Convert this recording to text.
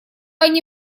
они